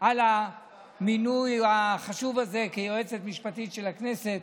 על המינוי החשוב הזה ליועצת המשפטית של הכנסת.